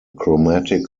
chromatic